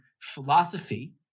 philosophy